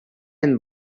and